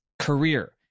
Career